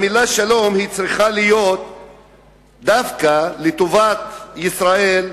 המלה "שלום" צריכה להיות דווקא לטובת ישראל,